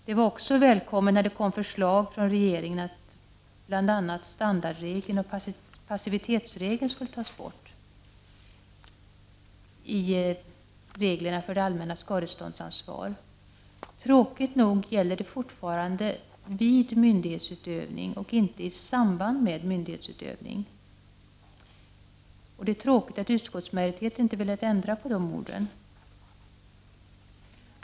Det var också välkommet när det kom förslag från regeringen att bl.a. standardregeln och passivitetsregeln skulle tas bort i reglerna för det allmännas skadeståndsansvar. Tråkigt nog gäller de fortfarande vid myndighetsutövning och inte i samband med myndighetsutövning, och det är synd att utskottsmajoriteten inte velat ändra på de orden.